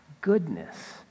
goodness